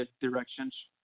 directions